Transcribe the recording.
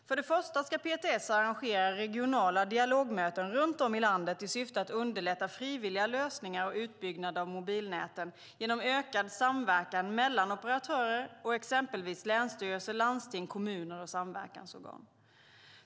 För det första ska PTS arrangera regionala dialogmöten runt om i landet i syfte att underlätta frivilliga lösningar och utbyggnad av mobilnäten genom ökad samverkan mellan operatörer och exempelvis länsstyrelser, landsting, kommuner och samverkansorgan.